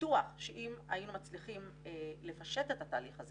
בטוח שאם היינו מצליחים לפשט את התהליך הזה